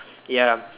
ya